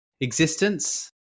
existence